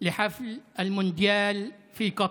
של המונדיאל בקטאר.